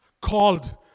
called